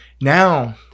now